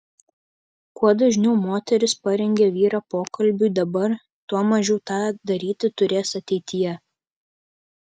kuo dažniau moteris parengia vyrą pokalbiui dabar tuo mažiau tą daryti turės ateityje